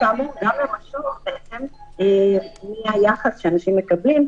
כאמור, גם למשוב על היחס שאנשים מקבלים.